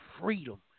freedom